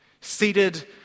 seated